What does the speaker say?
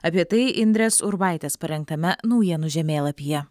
apie tai indrės urbaitės parengtame naujienų žemėlapyje